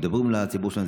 ומדברים לציבור שלהם,